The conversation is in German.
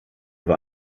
war